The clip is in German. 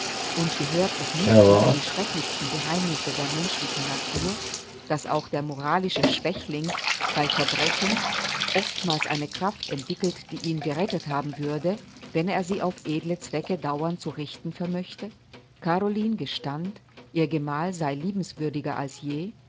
und gehört es nicht unter die schrecklichsten geheimnisse der menschlichen natur daß auch der moralische schwächling bei verbrechen oftmals eine kraft entwickelt die ihn gerettet haben würde wenn er sie auf edle zwecke dauernd zu richten vermöchte caroline gestand ihr gemal sei liebenswürdiger als je